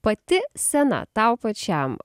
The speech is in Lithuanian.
pati scena tau pačiam